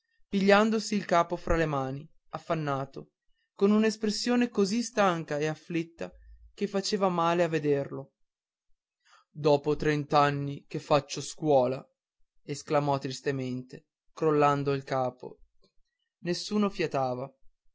tavolino pigliandosi il capo fra le mani affannato con un'espressione così stanca e afflitta che faceva male a vederlo dopo trent'anni che faccio scuola esclamò tristamente crollando il capo nessuno fiatava